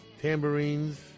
tambourines